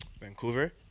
Vancouver